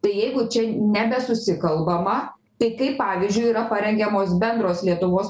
tai jeigu čia nebesusikalbama tai kaip pavyzdžiui yra parengiamos bendros lietuvos